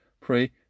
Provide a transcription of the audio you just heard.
pray